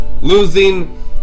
losing